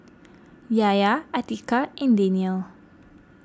Yahya Atiqah and Daniel